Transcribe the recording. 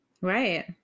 Right